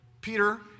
Peter